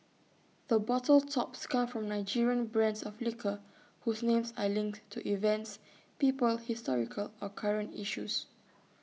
the bottle tops come from Nigerian brands of liquor whose names are linked to events people historical or current issues